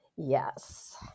Yes